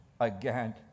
again